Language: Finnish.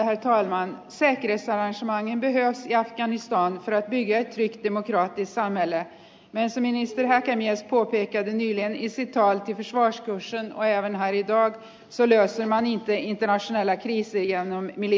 säkerhetsarrangemangen behövs i afghanistan för att bygga ett tryggt demokratiskt samhälle men som minister häkämies puhu eikä niillä riisi tai tiivis vastuussa olevan haittaa siiliasemaan ei mässäillä viisi ja on mieli